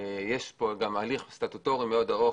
יש פה גם הליך סטטוטורי מאוד ארוך